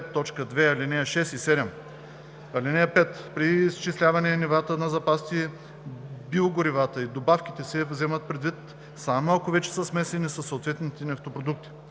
и 7. (5) При изчисляване нивата на запасите биогоривата и добавките се вземат предвид само ако вече са смесени със съответните нефтопродукти.